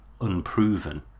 unproven